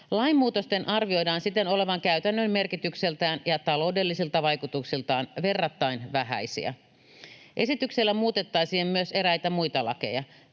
Lain muutosten arvioidaan siten olevan käytännön merkitykseltään ja taloudellisilta vaikutuksiltaan verrattain vähäisiä. Esityksellä muutettaisiin myös eräitä muita lakeja.